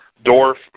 Dorf